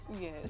Yes